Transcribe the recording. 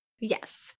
Yes